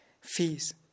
fees